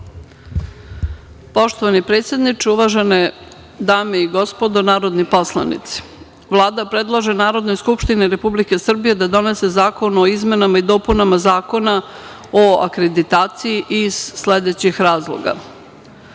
Hvala. Poštovani predsedniče, uvažene dame i gospodo narodni poslanici, Vlada predlaže Narodnoj skupštini Republike Srbije da donose Zakon o izmenama i dopunama Zakona o akreditaciji iz sledećih razloga. Oblast